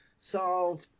solve